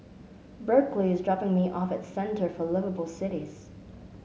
Berkley is dropping me off at Centre for Liveable Cities